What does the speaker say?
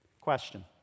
Question